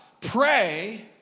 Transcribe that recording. Pray